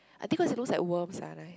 I think it's cause it looks like worms ah